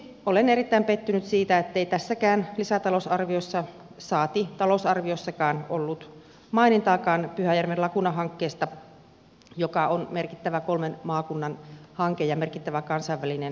olen erittäin pettynyt siitä ettei tässäkään lisätalousarviossa saati talousarviossakaan ollut mainintaakaan pyhäjärven laguna hankkeesta joka on merkittävä kolmen maakunnan hanke ja merkittävä kansainvälinen hiukkastutkimushanke